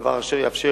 דבר אשר יאפשר